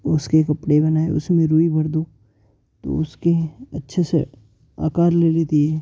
उसके कपड़े बनाए उसमे रुई भर दो तो उसके अच्छे से आकार ले लेती है